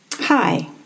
Hi